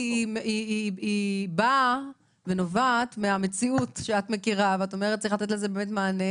כי היא נובעת מהמציאות שאת מכירה ואת אומרת שצריך לתת לזה מענה,